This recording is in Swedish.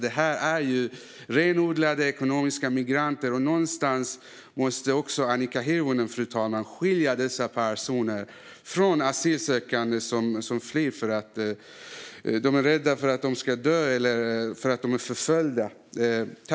Det är renodlade ekonomiska migranter. Och någonstans måste också Annika Hirvonen skilja dessa personer från asylsökande som flyr för att de är rädda för att dö eller för att de är förföljda.